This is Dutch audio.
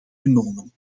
genomen